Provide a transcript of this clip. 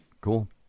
Cool